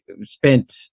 spent